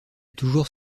toujours